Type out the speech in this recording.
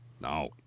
No